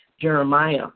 Jeremiah